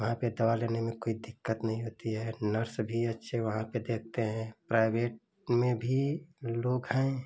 वहाँ पर दवा लेने में कोई दिक्कत नहीं होती है नर्स भी अच्छी वहाँ पर देखती हैं प्राइवेट में भी लोग हैं